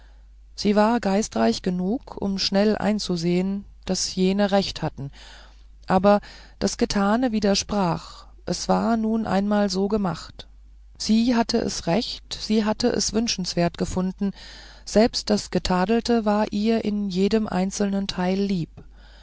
sie war geistreich genug um schnell einzusehen daß jene recht hatten aber das getane widersprach es war nun einmal so gemacht sie hatte es recht sie hatte es wünschenswert gefunden selbst das getadelte war ihr in jedem einzelnen teile lieb